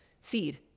seed